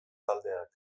taldeak